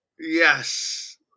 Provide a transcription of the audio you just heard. Yes